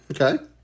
Okay